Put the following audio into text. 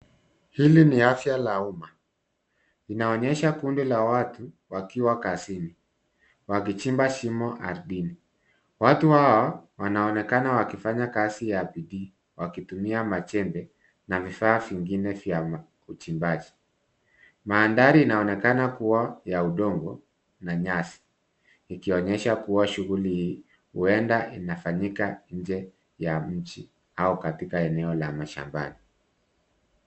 Hili ni afya la umma. Inaonyesha kundi la watu wakiwa kazini wakichimba shimo ardhini. Watu hawa wanaonekana wakifanya kazi ya bidii wakitumia majembe na vifaa vingine vya uchimbaji. Mandhari inaonekana kuwa ya udongo na nyasi ikionyesha kuwa shughuli hii huenda inafanyika nje ya mji au katika eneo la mashambani.